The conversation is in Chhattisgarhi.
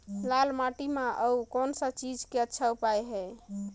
लाल माटी म अउ कौन का चीज के अच्छा उपज है?